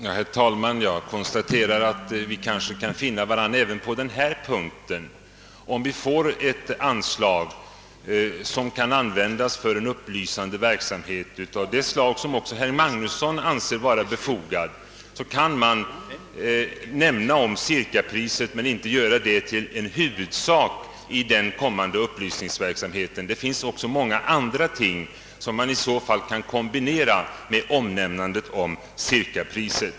Herr talman! Jag konstaterar att vi kanske kan finna varandra även på denna punkt. Om det anvisas ett anslag, som kan användas för en upplysningsverksamhet av det slag som också herr Magnusson i Borås anser vara befogad, kan man ju nämna cirkapriset utan att därför behöva göra det till en huvudsak i den blivande upplysningsverksamheten. Det finns många andra ting som man i så fall kan kombinera med omnämnandet av cirkapriset.